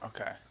okay